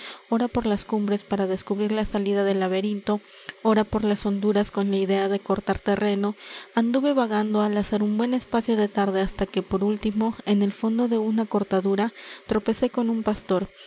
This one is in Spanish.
ora por las cumbres para descubrir la salida del laberinto ora por las honduras con la idea de cortar terreno anduve vagando al azar un buen espacio de tarde hasta que por último en el fondo de una cortadura tropecé con un pastor